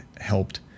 helped